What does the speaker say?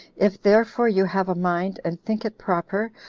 if therefore you have a mind, and think it proper,